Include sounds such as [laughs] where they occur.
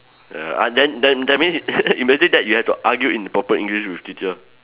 ya uh then then that means [laughs] imagine that you have to argue in proper English with teacher